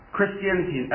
Christianity